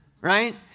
right